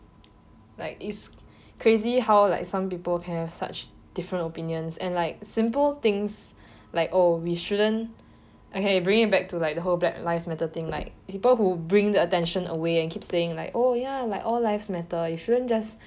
like is crazy how like some people can have such different opinions and like simple things like oh we shouldn't okay bring it back to like the whole black lives matter thing like people who bring the attention away and keep saying like oh ya like all life matters it shouldn't just